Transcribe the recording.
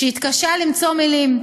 שהתקשה למצוא מילים: